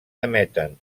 emeten